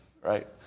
right